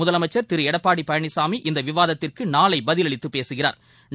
முதலமைச்சர் திரு எடப்பாடி பழனிசாமி இந்த விவாதத்திற்கு நாளை பதிலளித்து பேசுகிறா்